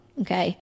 okay